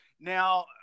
Now